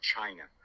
China